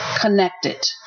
connected